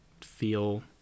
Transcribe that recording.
feel